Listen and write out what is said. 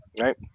Right